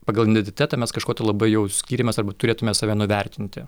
pagal identitetą mes kažkuo tai labai jau skiriamės arba turėtume save nuvertinti